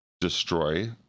destroy